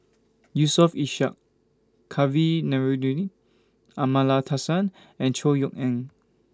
Yusof Ishak Kavignareru Amallathasan and Chor Yeok Eng